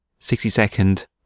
60-second